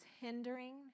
hindering